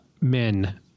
men